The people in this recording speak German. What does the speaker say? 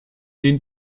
den